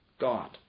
God